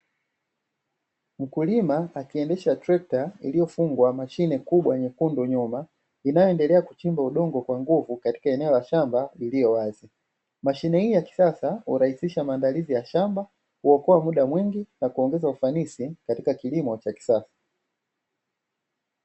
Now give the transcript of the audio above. Mkulima akiendesha trekta iliyo fungwa mashine kubwa nyekundu nyuma inayo endelea kuchimba udongo kwa nguvu katika eneo la shamba iliyo wazi, mashine hii ya kisasa huraisisha maandalizi ya shamba, kuokoa muda mwingi na kuongeza ufanisi katika kilimo cha kisasa.